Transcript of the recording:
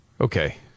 Okay